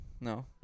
No